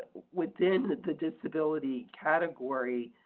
within the disability category,